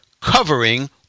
covering